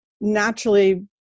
naturally